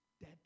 dead